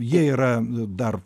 jie yra dar